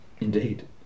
Indeed